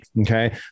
Okay